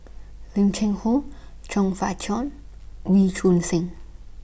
Lim Cheng Hoe Chong Fah Cheong Wee Choon Seng